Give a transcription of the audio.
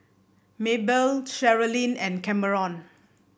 Mabelle Cherilyn and Cameron